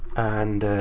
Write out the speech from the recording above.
and,